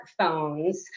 smartphones